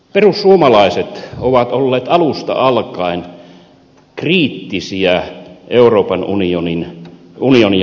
perussuomalaiset ovat olleet alusta alkaen kriittisiä euroopan unionia kohtaan